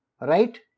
right